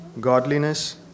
godliness